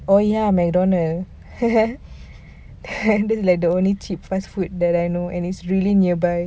oh ya Mcdonald that's like the only cheapest food that I know and it's really nearby